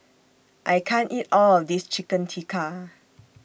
I can't eat All of This Chicken Tikka